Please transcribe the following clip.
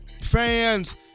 fans